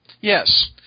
Yes